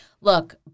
Look